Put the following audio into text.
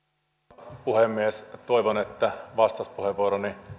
arvoisa puhemies toivon että vastauspuheenvuoroni